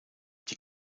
die